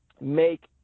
make